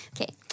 Okay